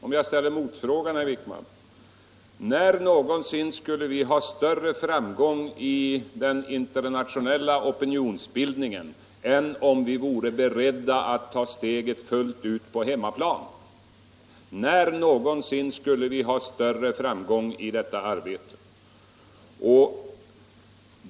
Jag vill ställa en motfråga, herr Wijkman: När någonsin skulle vi ha större framgång i den internationella opinionsbildningen än om vi vore beredda att ta steget fullt ut på hemmaplan?